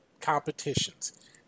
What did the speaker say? competitions